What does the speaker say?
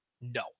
No